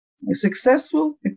successful